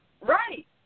Right